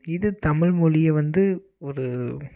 இது தமிழ் மொழியை வந்து ஒரு